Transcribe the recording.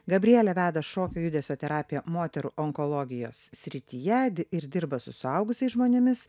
gabrielė veda šokio judesio terapiją moterų onkologijos srityje ir dirba su suaugusiais žmonėmis